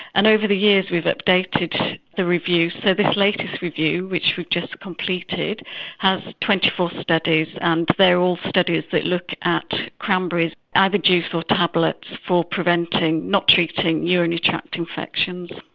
and over the years we've updated the review, so this latest review which we've just completed has twenty four studies and they're all studies that look at cranberry either juice or tablets for preventing not treating urinary tract infections.